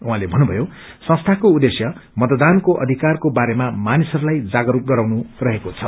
उहाँले भन्नुभयो संस्थाको उद्खेश्य मतदानको अधिकारको बारेमा मानिसहरूलाई जागरूक गराउनु रहेको छ